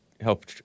help